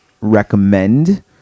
recommend